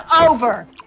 over